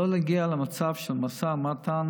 ולא להגיע למצב שבמשא ומתן